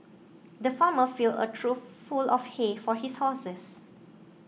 the farmer filled a trough full of hay for his horses